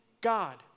God